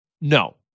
No